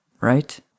right